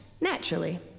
naturally